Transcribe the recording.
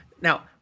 now